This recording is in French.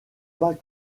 pas